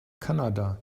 kanada